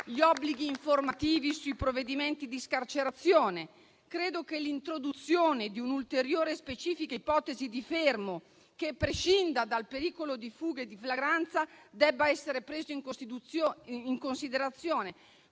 gli obblighi informativi sui provvedimenti di scarcerazione. Credo che l'introduzione di un'ulteriore specifica ipotesi di fermo, che prescinda dal pericolo di fughe e di flagranza, debba essere presa in considerazione,